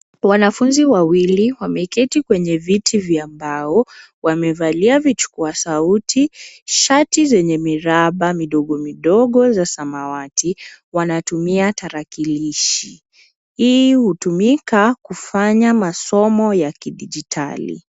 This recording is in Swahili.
Wanafunzi wawili wameketi kwenye viti vya mbao. Wamevalia vichukua sauti, shati zenye miraba midogo midogo ya samawati. Wanatumia tarakilishi. Hii hutumika kufanya masomo ya kidijitali.